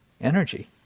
energy